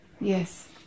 Yes